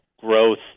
growth